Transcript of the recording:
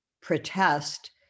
protest